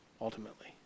ultimately